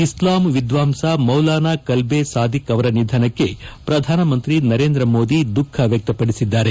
ಇಸ್ಲಾಂ ವಿದ್ವಾಂಸ ಮೌಲಾನಾ ಕಲ್ಲೆ ಸಾದಿಕ್ ಅವರ ನಿಧನಕ್ಕೆ ಪ್ರಧಾನಮಂತ್ರಿ ನರೇಂದ್ರ ಮೋದಿ ದುಃಖ ವ್ವಕ್ತಪಡಿಸಿದ್ದಾರೆ